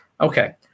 Okay